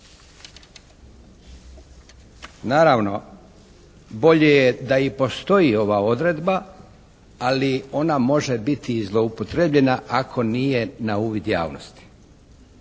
Naravno, bolje je da i postoji ova odredba ali ona može biti i zloupotrebljena ako nije na uvid javnosti.